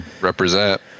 Represent